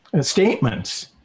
statements